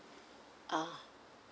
ah